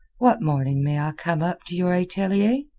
what morning may i come up to your atelier?